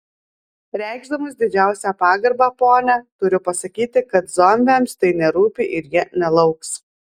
reikšdamas didžiausią pagarbą ponia turiu pasakyti kad zombiams tai nerūpi ir jie nelauks